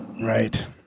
Right